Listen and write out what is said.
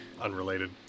unrelated